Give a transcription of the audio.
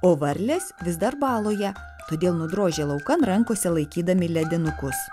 o varlės vis dar baloje todėl nudrožė laukan rankose laikydami ledinukus